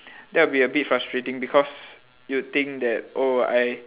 that'll be a bit frustrating because you'd think that oh I